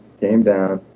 came down,